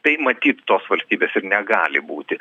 tai matyt tos valstybės ir negali būti